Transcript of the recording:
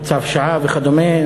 צו שעה וכדומה,